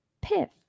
Piff